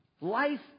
life